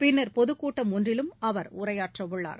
பின்னர் பொதுக்கூட்டம் ஒன்றிலும் அவர் உரையாற்றவுள்ளார்